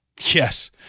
Yes